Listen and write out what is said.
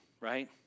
right